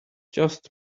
just